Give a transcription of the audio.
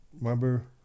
Remember